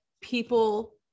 people